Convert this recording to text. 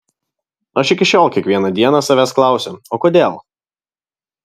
aš iki šiol kiekvieną dieną savęs klausiu o kodėl